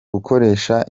gukoresha